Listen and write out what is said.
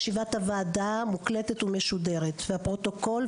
ישיבת הוועדה מוקלטת ומשודרת והפרוטוקול,